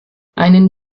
einen